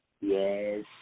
Yes